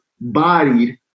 bodied